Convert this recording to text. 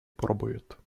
пробует